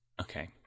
Okay